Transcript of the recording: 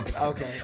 Okay